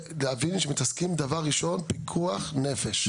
בנוסף, להבין שמתעסקים, דבר ראשון, בפיקוח נפש.